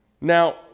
Now